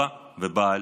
אני אבא ובעל,